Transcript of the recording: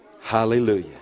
Hallelujah